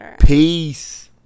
peace